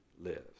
lives